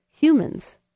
humans